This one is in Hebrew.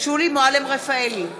שולי מועלם-רפאלי,